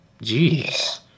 jeez